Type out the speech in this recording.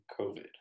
COVID